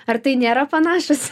ar tai nėra panašūs